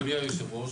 אדוני היושב-ראש,